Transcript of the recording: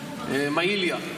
מעיליא,